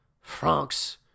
Francs